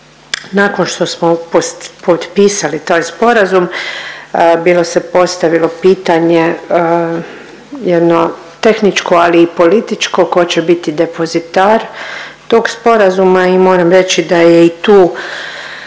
Nakon što smo potpisali taj sporazum bilo se postavilo pitanje jedno tehničko, ali i političko ko će biti depozitar tog sporazuma i moram reći da je i tu